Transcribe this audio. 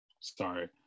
sorry